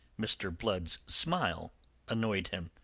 mr. blood's smile annoyed him.